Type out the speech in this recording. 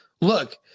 Look